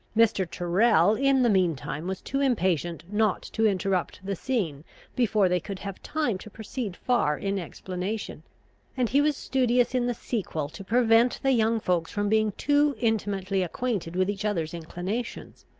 mr. tyrrel, in the mean time, was too impatient not to interrupt the scene before they could have time to proceed far in explanation and he was studious in the sequel to prevent the young folks from being too intimately acquainted with each other's inclinations.